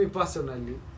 personally